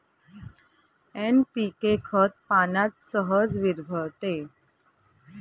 NPK खत पाण्यात सहज विरघळते